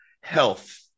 health